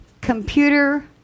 computer